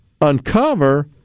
uncover